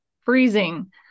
freezing